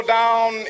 down